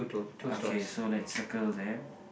okay so let's circle them